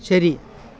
ശരി